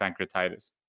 pancreatitis